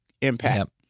impact